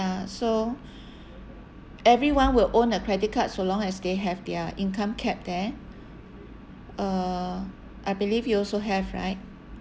so everyone will own a credit card so long as they have their income kept there uh I believe you also have right